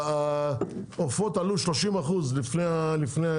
העופות עלו ב- 30% לפני,